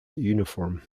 uniform